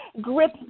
grip